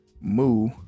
Moo